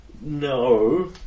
no